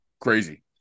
Crazy